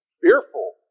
fearful